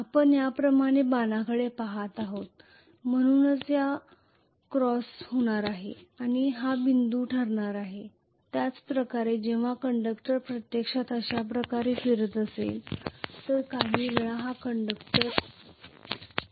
आपण या प्रमाणे बाणाकडे पहात आहोत म्हणूनच हा क्रॉस होणार आहे आणि हा बिंदू ठरणार आहे त्याच प्रकारे जेव्हा कंडक्टर प्रत्यक्षात अश्या प्रकारे फिरत असेल तर काही वेळाने हा कंडक्टर येईल